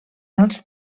als